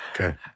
Okay